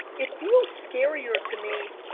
it feels scarier to me.